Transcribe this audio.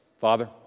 Father